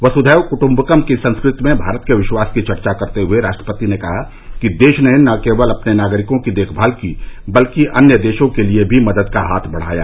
वसुधैव कुट्म्बकम की संस्कृति में भारत के विश्वास की चर्चा करते हुए राष्ट्रपति ने कहा कि देश ने न केवल अपने नागरिकों की देखभाल की बल्कि कई अन्य देशों के लिए भी मदद का हाथ बढाया